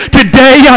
today